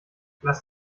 lass